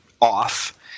off